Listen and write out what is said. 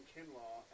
Kinlaw